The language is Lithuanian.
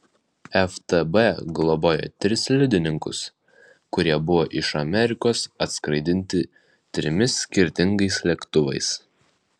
ftb globojo tris liudininkus kurie buvo iš amerikos atskraidinti trimis skirtingais lėktuvais